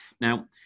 now